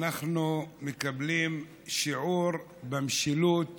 אנחנו מקבלים שיעור במשילות